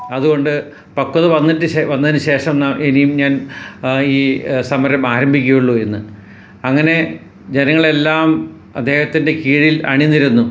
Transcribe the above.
അതുകൊണ്ട് പക്വത വന്നിട്ട് ശേ വന്നതിന് ശേഷം ഇനിയും ഞാൻ ഈ സമരം ആരംഭിക്കുവൊള്ളു എന്ന് അങ്ങനെ ജനങ്ങളെല്ലാം ആദ്ദേഹത്തിൻ്റെ കീഴിൽ അണി നിരന്നു